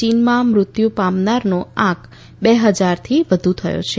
ચીનમાં મૃત્યુ પામનારાનો આંક બે ફજાર થી વધુ થયો છે